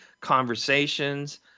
conversations